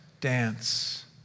dance